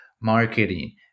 marketing